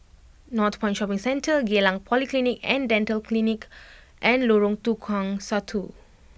Northpoint Shopping Centre Geylang Polyclinic and Dental Clinic and Lorong Tukang Satu